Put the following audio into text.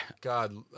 God